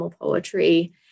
poetry